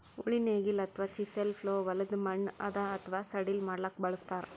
ಉಳಿ ನೇಗಿಲ್ ಅಥವಾ ಚಿಸೆಲ್ ಪ್ಲೊ ಹೊಲದ್ದ್ ಮಣ್ಣ್ ಹದಾ ಅಥವಾ ಸಡಿಲ್ ಮಾಡ್ಲಕ್ಕ್ ಬಳಸ್ತಾರ್